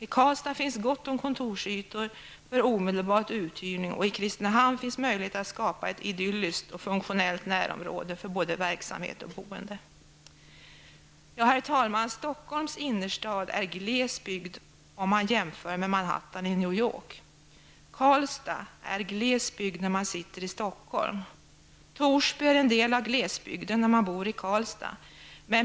I Karlstad finns gott om kontorsytor för omedelbar uthyrning, och i Kristinehamn finns möjlighet att skapa ett idylliskt och funktionellt närområde för både verksamhet och boende. Herr talman! Stockholms innerstad är glesbygd om man jämför med Manhattan i New York, Karlstad är glesbygd när man sitter i Stockholm, Torsby är en del av glesbygden när man bor i Karlstad.